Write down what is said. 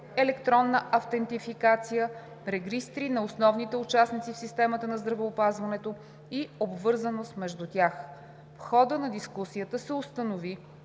електронна автентификация, регистри на основните участници в системата на здравеопазването и обвързаност между тях. В хода на дискусията се установи,